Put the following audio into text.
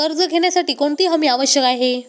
कर्ज घेण्यासाठी कोणती हमी आवश्यक आहे?